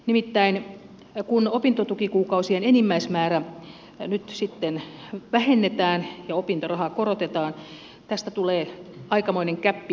nimittäin kun opintotukikuukausien enimmäismäärää nyt sitten vähennetään ja opintorahaa korotetaan tästä tulee aikamoinen gäppi monil le opiskelijoille